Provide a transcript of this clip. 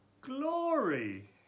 glory